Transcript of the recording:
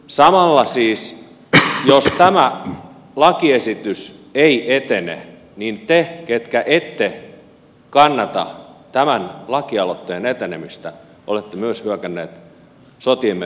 samalla siis jos tämä lakiesitys ei etene niin te ketkä ette kannata tämän lakialoitteen etenemistä olette myös hyökänneet sotiemme veteraanien kimppuun